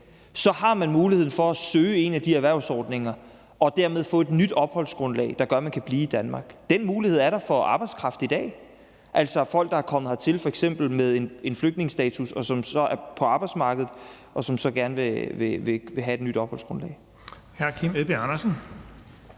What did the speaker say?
har man mulighed for at søge en af de erhvervsordninger og dermed få et nyt opholdsgrundlag, der gør, at man kan blive i Danmark. Den mulighed er der for arbejdskraft i dag, altså folk, der er kommet hertil med f.eks. en flygtningestatus, som er på arbejdsmarkedet, og som så gerne vil have et nyt opholdsgrundlag.